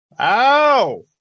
Ow